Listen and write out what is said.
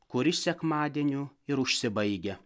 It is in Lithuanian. kuris sekmadieniu ir užsibaigia